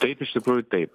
taip iš tikrųjų taip